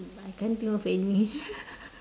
I can't think of any